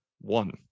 one